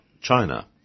China